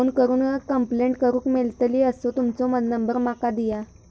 Phone करून complaint करूक मेलतली असो तुमचो नंबर माका दिया?